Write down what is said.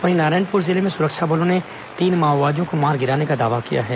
वहीं नारायणपुर जिले में सुरक्षा बलों ने तीन माओवादियों को मार गिराने का दावा किया है